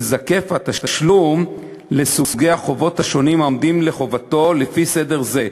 ייזקף התשלום לסוגי החובות השונים העומדים לחובתו לפי סדר זה: